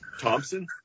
Thompson